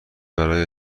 برای